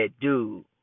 dude